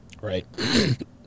Right